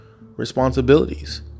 responsibilities